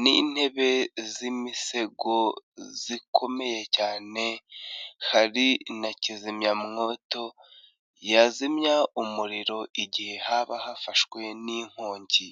n'intebe z'imisego zikomeye cyane, hari na kizimyamwoto yazimya umuriro igihe haba hafashwe n'inkongi.